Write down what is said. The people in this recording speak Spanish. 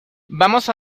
vamos